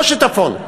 לא שיטפון.